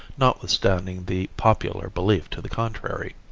notwithstanding the popular belief to the contrary.